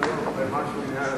התש"ע 2010, לוועדת הכנסת נתקבלה.